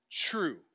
True